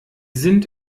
sind